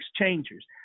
exchangers